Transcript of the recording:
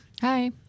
Hi